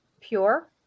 Pure